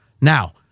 Now